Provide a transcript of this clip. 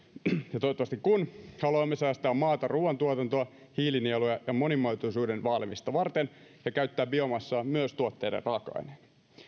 ja toivottavasti kun haluamme säästää maata ruoantuotantoa hiilinieluja ja monimuotoisuuden vaalimista varten ja käyttää biomassaa myös tuotteiden raaka aineena